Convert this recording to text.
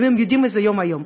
אם הם יודעים איזה יום היום.